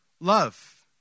love